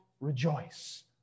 rejoice